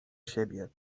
siebie